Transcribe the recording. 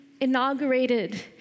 inaugurated